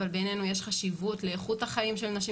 אבל בעינינו יש חשיבות לאיכות החיים של נשים